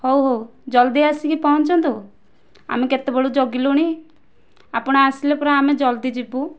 ହେଉ ହେଉ ଜଲଦି ଆସିକି ପହଞ୍ଚନ୍ତୁ ଆମେ କେତେବେଳୁ ଜଗିଲୁଣି ଆପଣ ଆସିଲେ ପରା ଆମେ ଜଲଦି ଯିବୁ